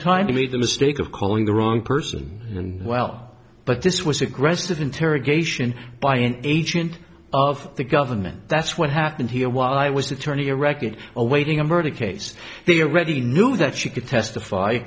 time to made the mistake of calling the wrong person and well but this was aggressive interrogation by an agent of the government that's what happened here while i was attorney erected awaiting a murder case here already knew that she could testify